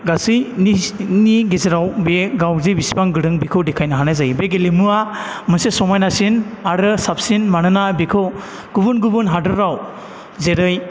गासैनि गेजेराव बे गाव जे बेसेबां गोरों बेखौ देखायनो हानाय जायो बे गेलेमुवा मोनसे समायनासिन आरो साबसिन मानोना बेखौ गुबुन गुबुन हादोराव जेरै